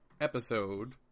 episode